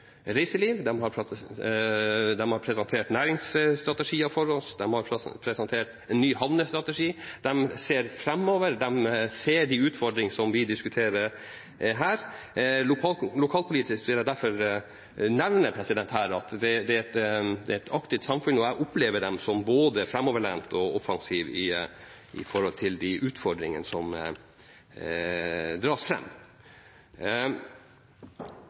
oss, de har presentert en ny havnestrategi. De ser framover, de ser de utfordringene som vi diskuterer her. Lokalpolitisk vil jeg derfor her nevne at dette er et aktivt samfunn, og jeg opplever dem som både framoverlente og offensive når det gjelder de utfordringene som dras